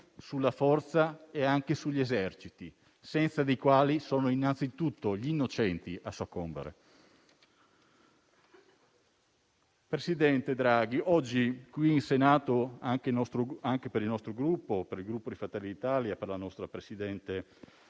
sulla forza e anche sugli eserciti, senza i quali sono innanzitutto gli innocenti a soccombere. Presidente Draghi, oggi, qui in Senato, anche per il Gruppo Fratelli d'Italia, per la nostra presidente Giorgia